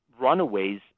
runaways